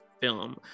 film